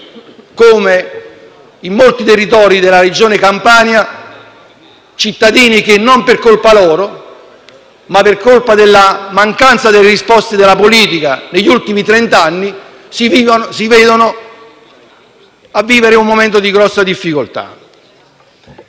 come in molti territori della Regione Campania, cittadini che, non per colpa loro ma per colpa della mancanza di risposte della politica negli ultimi trent’anni, vivono un momento di grossa difficoltà.